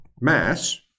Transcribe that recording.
Mass